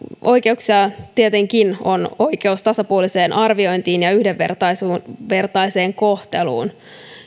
oikeuksia tietenkin on oikeus tasapuoliseen arviointiin ja yhdenvertaiseen kohteluun